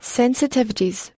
sensitivities